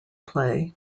play